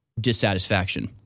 dissatisfaction